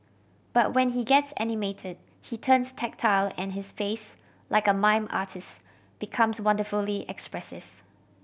but when he gets animated he turns tactile and his face like a mime artist becomes wonderfully expressive